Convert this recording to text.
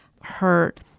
hurt